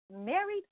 married